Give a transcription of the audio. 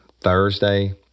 Thursday